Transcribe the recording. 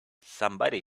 somebody